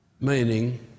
meaning